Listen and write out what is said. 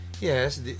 yes